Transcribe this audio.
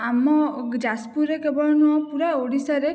ଆମ ଯାଜପୁରରେ କେବଳ ନୁହଁ ପୂରା ଓଡ଼ିଶାରେ